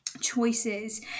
choices